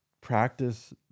practice